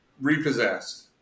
Repossessed